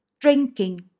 Drinking